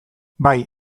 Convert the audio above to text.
bai